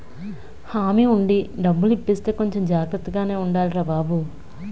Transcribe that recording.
హామీ ఉండి డబ్బులు ఇప్పిస్తే కొంచెం జాగ్రత్తగానే ఉండాలిరా బాబూ